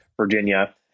Virginia